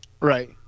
right